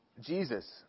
Jesus